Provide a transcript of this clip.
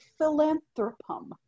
philanthropum